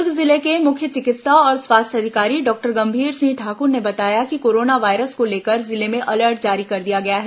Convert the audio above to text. दुर्ग जिले के मुख्य चिकित्सा और स्वास्थ्य अधिकारी डॉक्टर गंभीर सिंह ठाकुर ने बताया कि कोरोना वायरस को लेकर जिले में अलर्ट जारी कर दिया गया है